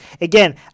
Again